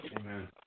Amen